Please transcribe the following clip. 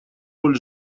роль